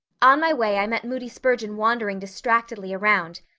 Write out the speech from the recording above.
on my way i met moody spurgeon wandering distractedly around.